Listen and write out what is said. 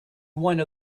one